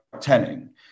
telling